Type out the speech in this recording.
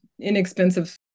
inexpensive